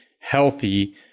healthy